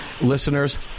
listeners